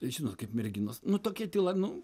žinot kaip merginos nu tokia tyla nu